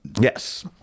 Yes